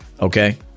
Okay